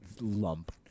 lump